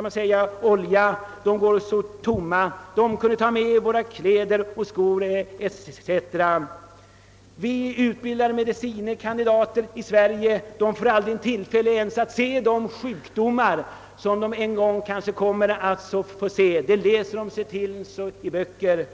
hit med olja går tomma tillbaka. De skulle kunna ta med kläder, skor etc. Vi utbildar medicine kandidater som aldrig får tillfälle att se de sjukdomar som de en gång kanske skall bota. De endast läser om dem i böcker.